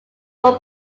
one